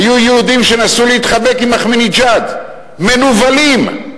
היו יהודים שנסעו להתחבק עם אחמדינג'אד, מנוולים.